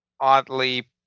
oddly